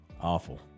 Awful